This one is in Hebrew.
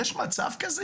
יש מצב כזה,